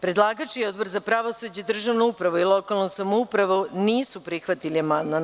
Predlagač i Odbor za pravosuđe, državnu upravu i lokalnu samoupravu nisu prihvatili amandman.